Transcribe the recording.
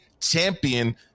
champion